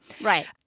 Right